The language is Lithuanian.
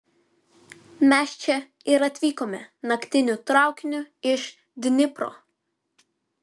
mes čia ir atvykome naktiniu traukiniu iš dnipro